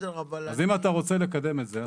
אז אם אתה רוצה לקדם את זה,